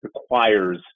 requires